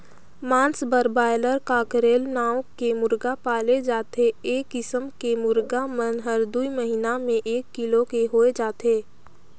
मांस बर broiler, cockerel नांव के मुरगा पाले जाथे ए किसम के मुरगा मन हर दूई महिना में एक किलो के होय जाथे